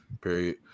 period